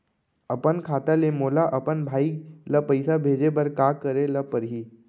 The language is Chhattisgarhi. अपन खाता ले मोला अपन भाई ल पइसा भेजे बर का करे ल परही?